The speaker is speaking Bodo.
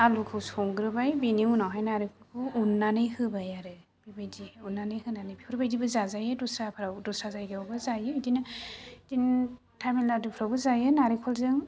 आलुखौ संग्रोबाय बेनि उनावहाय नारेंखलखौ उननानै होबाय आरो बेबायदि उननानै होनानै बेफोरबायदिबो जाजायो दस्राफ्राव दस्रा जायगायावबो जायो बिदिनो बिदिनो तामिलनाडुफ्रावबो जायो नारेंखलजों